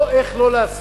לא איך לא לעשות.